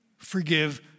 Forgive